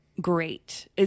great